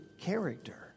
character